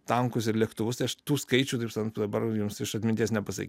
tankus ir lėktuvus tai aš tų skaičių taip sakant dabar jums iš atminties nepasakysiu